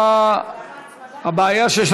מוטי יוגב איננו?